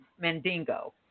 Mandingo